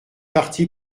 parti